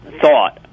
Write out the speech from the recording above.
thought